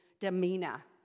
demeanor